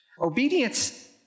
Obedience